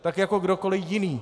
Tak jako kdokoli jiný.